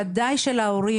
ודאי שלהורים,